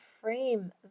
frame